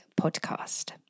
podcast